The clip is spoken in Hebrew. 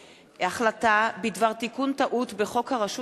החלטה בדבר תיקון טעות בחוק הרשות